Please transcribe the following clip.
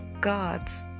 God's